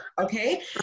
okay